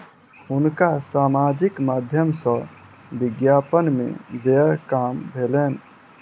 हुनका सामाजिक माध्यम सॅ विज्ञापन में व्यय काम भेलैन